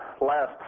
last